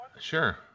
Sure